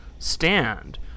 stand